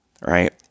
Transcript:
right